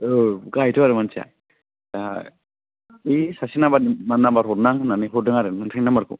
औ गाहायथ' आरो मानसिया इ सासे नाम्बार नाम्बार हरनां होननानै हरदों आरो नोंथांनि नाम्बारखौ